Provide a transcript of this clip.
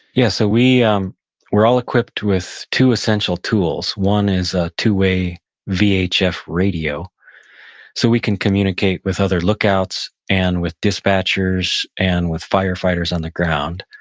yeah so um we're all equipped with two essential tools. one is a two-way vhf radio so we can communicate with other lookouts and with dispatchers and with firefighters on the ground.